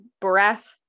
breath